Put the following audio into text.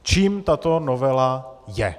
Čím tato novela je?